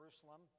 Jerusalem